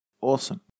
Awesome